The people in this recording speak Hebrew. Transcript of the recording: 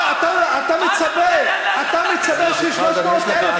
אתה מצפה ש-300,000,